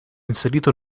inserito